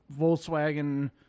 Volkswagen